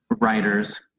writers